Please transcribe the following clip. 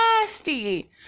nasty